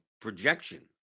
Projection